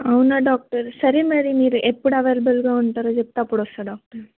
అవునా డాక్టర్ సరే మరి మీరు ఎప్పుడు అవైలబుల్గా ఉంటారో చెప్తే అప్పుడోస్తా డాక్టర్